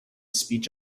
speech